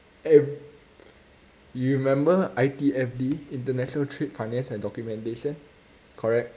e~ you remember I_T_F_D international trade finance and documentation correct